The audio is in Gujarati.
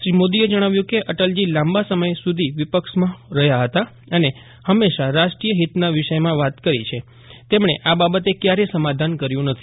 શ્રી મોદીએ જજ્ઞાવ્યું કે અટલજી સાંબા સમય સુધી વિપક્ષમાં રહ્યા હતા અને હંમેશા રાષ્ટ્રીય હીતના વિષયમાં વાત કરી છે તેમણે આ બાબતે ક્યારેય સમાધાન કર્યું નથી